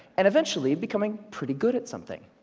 and eventually becoming pretty good at something.